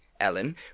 Ellen